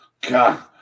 God